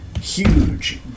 huge